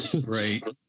right